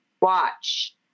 watch